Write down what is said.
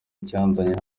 icyanzanye